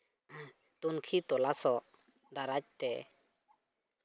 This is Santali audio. ᱛᱩᱱᱠᱷᱤ ᱛᱚᱞᱟᱥᱚᱜ ᱫᱟᱨᱟᱡ ᱛᱮ